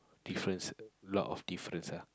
difference a lot of difference ah